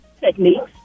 techniques